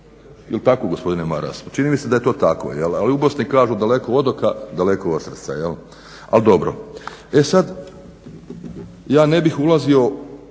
jel tako gospodine Maras? Čini mi se da je to tako, ali u Bosni kažu daleko od oka, daleko od srca, ali dobro. E, sad ja ne bih ulazio